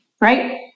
right